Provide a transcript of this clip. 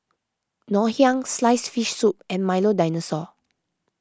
Ngoh Hiang Sliced Fish Soup and Milo Dinosaur